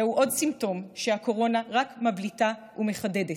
זהו עוד סימפטום שהקורונה רק מבליטה ומחדדת,